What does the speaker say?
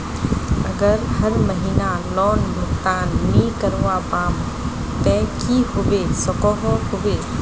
अगर हर महीना लोन भुगतान नी करवा पाम ते की होबे सकोहो होबे?